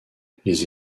les